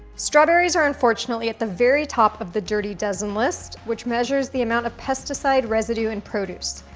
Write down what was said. strawberries are, unfortunately, at the very top of the dirty dozen list, which measures the amount of pesticide residue in produce,